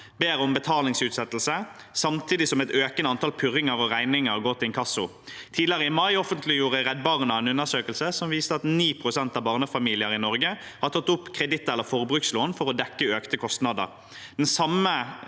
ber om betalingsutsettelse, samtidig som et økende antall purringer og regninger går til inkasso. Tidligere i mai offentliggjorde Redd Barna en undersøkelse som viste at 9 pst. av barnefamiliene i Norge har tatt opp kreditt- eller forbrukslån for å dekke økte kostnader. Den samme